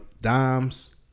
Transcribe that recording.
dimes